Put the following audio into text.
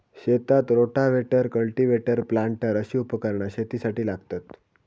शेतात rotavator, cultivator, planter अशी उपकरणा शेतीसाठी लागतत